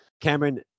Cameron